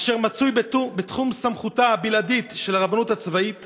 אשר נמצאים בתחום סמכותה הבלעדית של הרבנות הצבאית